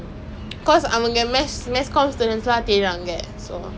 oh my god dey if you go there you better give me free merchandise I tell you